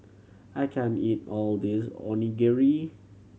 I can't eat all of this Onigiri